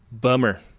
Bummer